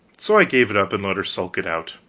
so i gave it up and let her sulk it out.